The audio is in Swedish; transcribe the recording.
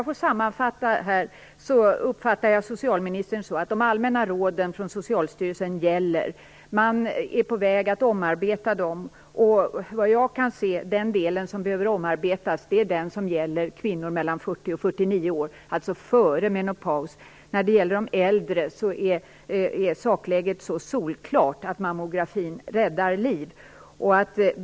Fru talman! Jag uppfattar socialministern så att de allmänna råden från Socialstyrelsen gäller. Man är på väg att omarbeta dem. Såvitt jag kan se är den del som behöver omarbetas är den som gäller kvinnor mellan 40 och 49 år, alltså före menopaus. När det gäller de äldre är sakläget solklart, att mammografin räddar liv.